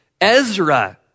Ezra